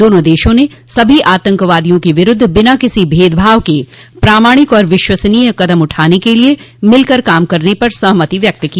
दोनों देशों ने सभी आतंकवादियों के विरूद्ध बिना किसो भेदभाव के प्रामाणिक और विश्वसनीय कदम उठाने के लिए मिल कर काम करने पर सहमति व्यक्त को